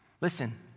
Listen